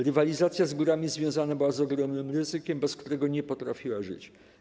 Rywalizacja z górami związana była z ogromnym ryzykiem, bez którego nie potrafiła żyć.